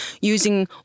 using